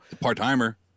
Part-timer